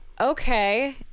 okay